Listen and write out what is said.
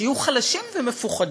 שיהיו חלשים ומפוחדים.